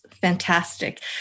fantastic